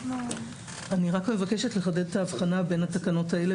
אני מבקשת לחדד את ההבחנה בין התקנות האלה